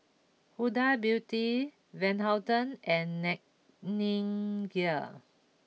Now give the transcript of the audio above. Huda Beauty Van Houten and Nightingale